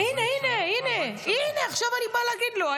הינה, עכשיו אני באה להגיד לו.